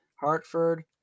Hartford